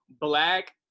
black